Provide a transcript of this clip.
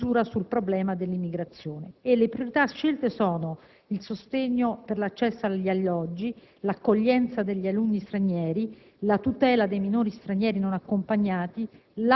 misura sul problema dell'immigrazione: il sostegno per l'accesso agli alloggi, l'accoglienza degli alunni stranieri, la tutela dei minori stranieri non accompagnati,